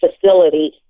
facility